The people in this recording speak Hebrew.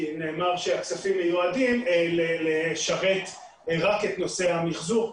כי נאמר שהכספים מיועדים לשרת רק את נושא המחזור,